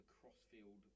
crossfield